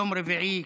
יום רביעי,